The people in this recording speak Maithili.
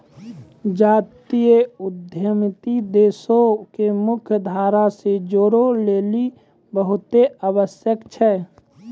जातीय उद्यमिता देशो के मुख्य धारा से जोड़ै लेली बहुते आवश्यक छै